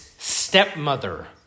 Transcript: stepmother